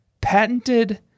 patented